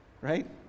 Right